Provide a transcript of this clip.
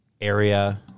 area